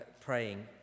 praying